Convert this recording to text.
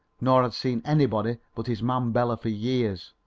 nor had seen anybody but his man bela for years.